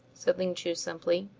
said ling chu simply.